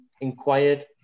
inquired